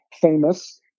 famous